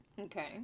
Okay